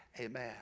Amen